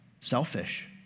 selfish